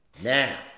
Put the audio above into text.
Now